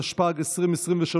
התשפ"ג 2023,